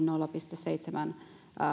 nolla pilkku seitsemän